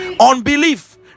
unbelief